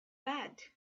bad